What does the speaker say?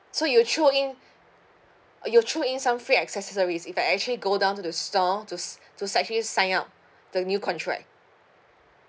so you'll throw in uh you'll throw in some free accessories if I actually go down to the store to to actually sign up the new contract